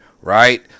right